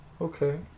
Okay